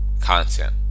content